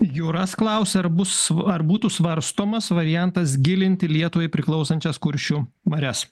juras klausia ar bus ar būtų svarstomas variantas gilinti lietuvai priklausančias kuršių marias